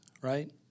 Right